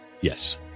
Yes